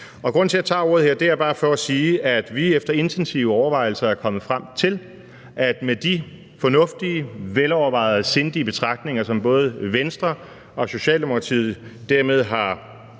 Grunden til, at jeg tager ordet her, er bare, at jeg vil sige, at vi efter intensive overvejelser er kommet frem til, at med de fornuftige, velovervejede, sindige betragtninger, som både Venstre og Socialdemokratiet dermed har